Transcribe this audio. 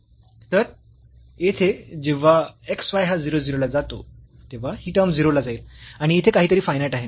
तर येथे जेव्हा x y हा 0 0 ला जातो तेव्हा ही टर्म 0 ला जाईल आणि येथे काहीतरी फायनाईट आहे